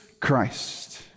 Christ